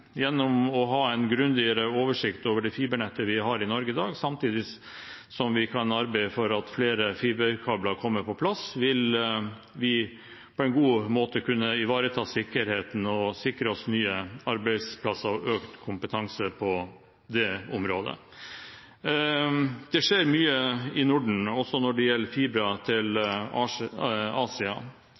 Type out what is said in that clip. Gjennom å ha en grundigere oversikt over det fibernettet vi har i Norge i dag, samtidig som vi kan arbeide for at flere fiberkabler kommer på plass, vil vi på en god måte kunne ivareta sikkerheten og sikre oss nye arbeidsplasser og økt kompetanse på det området. Det skjer mye i Norden, også når det gjelder fiber til Asia.